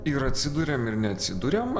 ir atsiduriam ir neatsiduriam